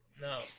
No